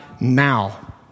now